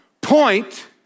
Point